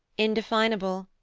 indefinable,